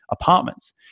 Apartments